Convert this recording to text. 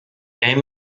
aim